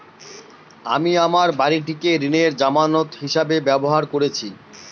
আমি আমার বাড়িটিকে ঋণের জামানত হিসাবে ব্যবহার করেছি